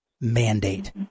mandate